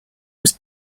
was